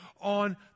on